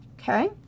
Okay